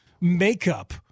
makeup